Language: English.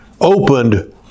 Opened